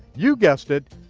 you guessed it,